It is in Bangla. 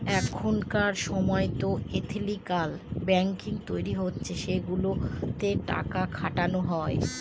এখনকার সময়তো এথিকাল ব্যাঙ্কিং তৈরী হচ্ছে সেগুলোতে টাকা খাটানো হয়